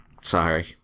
Sorry